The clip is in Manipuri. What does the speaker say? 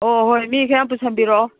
ꯑꯣ ꯍꯣꯏ ꯃꯤ ꯈꯔ ꯌꯥꯝ ꯄꯨꯁꯟꯕꯤꯔꯛꯑꯣ